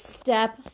step